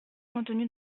contenue